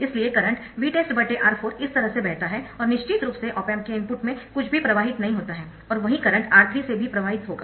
इसलिए current VtestR4 इस तरह से बहता है और निश्चित रूप से ऑप एम्प के इनपुट में कुछ भी प्रवाहित नहीं होता है और वही करंट R3 में भी प्रवाहित होगा